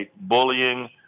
bullying